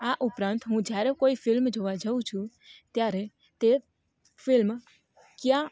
આ ઉપરાંત હું જ્યારે કોઈ ફિલ્મ જોવાં જાઉં છું ત્યારે તે ફિલ્મ કયા